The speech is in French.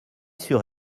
sur